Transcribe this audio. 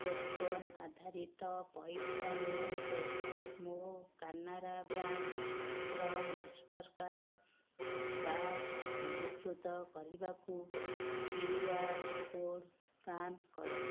token ଆଧାରିତ ପୈଠ ନିମନ୍ତେ ମୋ କାନାରା ବ୍ୟାଙ୍କ୍ର ମାଷ୍ଟର୍କାର୍ଡ଼୍ କାର୍ଡ଼ ପଞ୍ଜୀକୃତ କରିବାକୁ କ୍ୟୁ ଆର୍ କୋଡ଼ ସ୍କାନ୍ କର